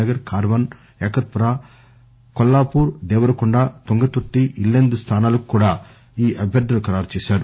నగర్ కార్వాన్ యాకుత్పురా కోల్లాపూర్ దేవరకోండ తుంగతుర్తి ఇల్లందు స్థానాలకు కూడా ఈ అభ్యర్ధులను ఖరారు చేశారు